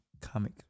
comic